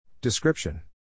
Description